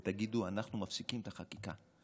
ותגידו: אנחנו מפסיקים את החקיקה,